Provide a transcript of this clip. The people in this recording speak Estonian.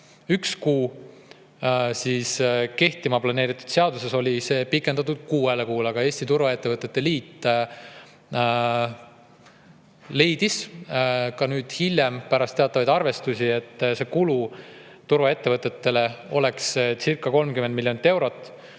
üks kuu, kehtima [hakkavas] seaduses oli see pikendatud kuuele kuule, aga Eesti Turvaettevõtete Liit leidis hiljem, pärast teatavaid arvestusi, et kulu turvaettevõtetele olekscirca30 miljonit eurot